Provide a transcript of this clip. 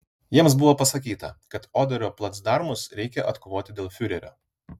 jiems buvo pasakyta kad oderio placdarmus reikia atkovoti dėl fiurerio